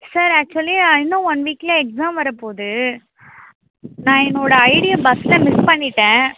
sir actually இன்னும் one வீக்கில் exam வரப்போகுது நான் என்னோட ஐடியை பஸ்ஸில் மிஸ் பண்ணிவிட்டேன்